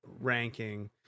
ranking